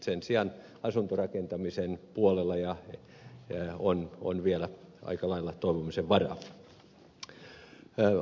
sen sijaan asuntorakentamisen puolella on vielä aika lailla toivomisen varaa